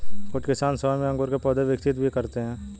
कुछ किसान स्वयं ही अंगूर के पौधे विकसित भी करते हैं